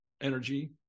energy